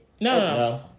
No